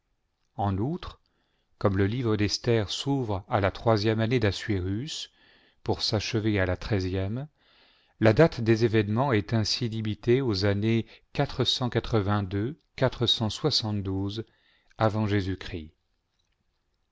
en outre comme le livre d'esther s'ouvre à la troisième année d'assuérus pour s'achever à la treizième la date des événements est ainsi limitée aux années